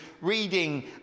reading